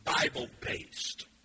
Bible-based